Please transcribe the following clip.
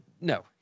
No